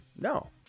No